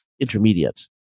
intermediate